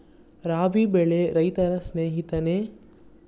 ರಾಬಿ ಬೆಳೆ ರೈತರ ಸ್ನೇಹಿತನೇ?